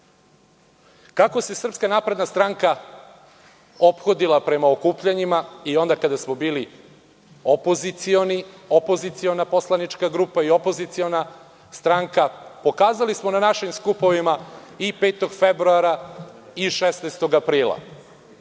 ko je pokvario. Kako se SNS ophodila prema okupljanjima i onda kada smo bili opozicioni, opoziciona poslanička grupa i opoziciona stranka, pokazali smo na našim skupovima 5. februara i 16. aprila.